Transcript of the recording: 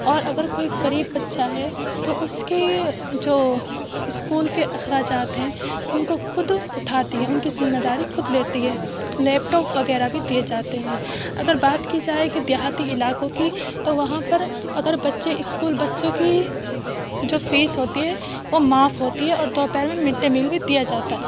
اور اگر کوئی غریب بچہ ہے تو اس کے جو اسکول کے اخراجات ہیں ان کو خود اٹھاتی ہے ان کی ذمہ داری خود لیتی ہے لیپ ٹاپ وغیرہ بھی دیے جاتے ہیں اگر بات کی جائے کہ دیہاتی علاقوں کی تو وہاں پر اگر بچے اسکول بچوں کی جو فیس ہوتی ہے وہ معاف ہوتی ہے اور دوپہر میں مڈ ڈے میل بھی دیا جاتا ہے